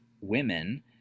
women